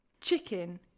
Chicken